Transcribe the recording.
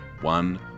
one